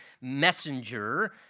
messenger